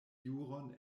juron